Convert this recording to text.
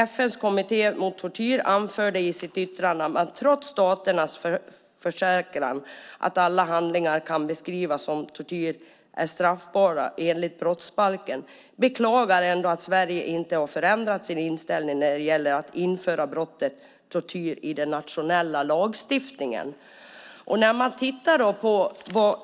FN:s kommitté mot tortyr anförde i sitt yttrande att man, trots statens försäkran att alla handlingar som kan beskrivas som tortyr är straffbara enligt brottsbalken, beklagar att Sverige inte förändrat sin inställning när det gäller att införa brottet tortyr i den nationella lagstiftningen."